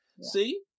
See